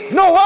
no